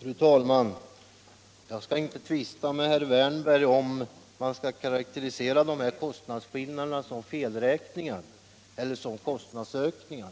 Fru talman! Jag skall inte tvista med herr Wärnberg om huruvida man skall karakterisera kostnadsskillnaderna som felräkningar eHer kostnadsökningar.